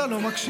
אתה לא מקשיב.